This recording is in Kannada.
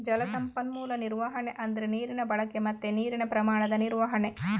ಜಲ ಸಂಪನ್ಮೂಲ ನಿರ್ವಹಣೆ ಅಂದ್ರೆ ನೀರಿನ ಬಳಕೆ ಮತ್ತೆ ನೀರಿನ ಪ್ರಮಾಣದ ನಿರ್ವಹಣೆ